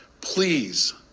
please